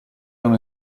non